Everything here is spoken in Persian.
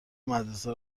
مدرسه